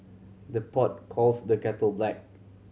the pot calls the kettle black